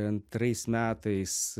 antrais metais